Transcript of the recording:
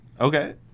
Okay